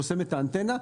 חוסמת את האנטנה.